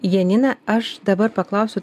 janina aš dabar paklausiu